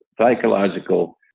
Psychological